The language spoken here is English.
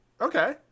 Okay